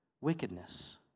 wickedness